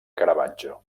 caravaggio